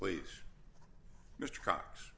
please mr cox